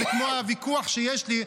זה כמו הוויכוח שיש לי,